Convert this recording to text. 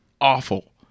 awful